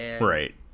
Right